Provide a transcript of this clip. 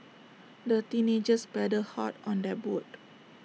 the teenagers paddled hard on their boat